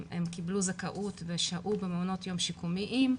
הם קיבלו זכאות ושהו במעונות יום שיקומיים,